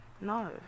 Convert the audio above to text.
No